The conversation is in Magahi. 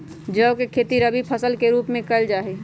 जौ के खेती रवि फसल के रूप में कइल जा हई